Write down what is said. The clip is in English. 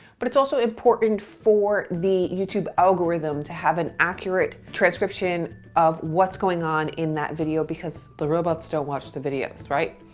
but it's also important for the youtube algorithm to have an accurate transcription of what's going on in that video because the robots don't watch the videos, right?